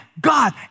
God